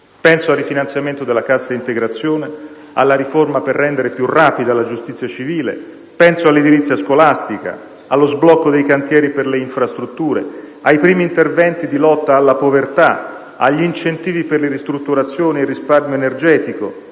penso al rifinanziamento della cassa integrazione, alla riforma per rendere più rapida la giustizia civile, penso all'edilizia scolastica, allo sblocco dei cantieri per le infrastrutture, ai primi interventi di lotta alla povertà, agli incentivi per le ristrutturazioni e il risparmio energetico,